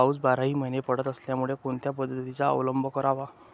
पाऊस बाराही महिने पडत असल्यामुळे कोणत्या पद्धतीचा अवलंब करावा?